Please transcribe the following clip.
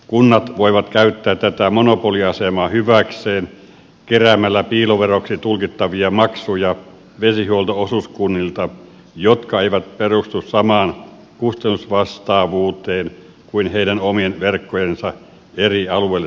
kunnat voivat käyttää tätä monopoliasemaa hyväkseen keräämällä piiloveroksi tulkittavia maksuja vesihuolto osuuskunnilta jotka eivät perustu samaan kustannusvastaavuuteen kuin heidän omien verkkojensa eri alueille tuotetut palvelut